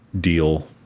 deal